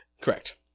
correct